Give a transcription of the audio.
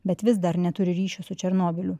bet vis dar neturi ryšio su černobyliu